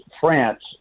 France